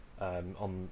on